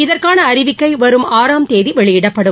இதற்கான அறிவிக்கை வரும் ஆறாம் தேதி வெளியிடப்படும்